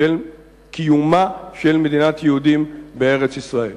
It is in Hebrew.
של קיומה של מדינת יהודים בארץ-ישראל.